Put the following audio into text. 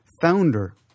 founder